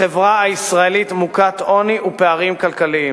החברה הישראלית מוכת עוני ופערים כלכליים.